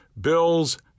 Bills